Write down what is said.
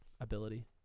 ability